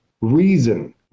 reason